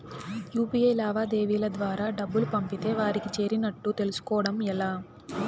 UPI లావాదేవీల ద్వారా డబ్బులు పంపితే వారికి చేరినట్టు తెలుస్కోవడం ఎలా?